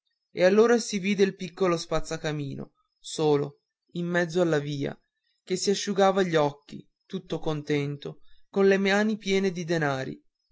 e allora si vide il piccolo spazzacamino solo in mezzo alla via che s'asciugava gli occhi tutto contento con le mani piene di denari